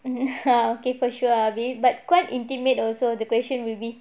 mm err okay for sure erby but quite intimate also the question will be